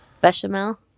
Bechamel